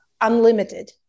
unlimited